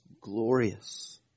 glorious